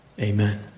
amen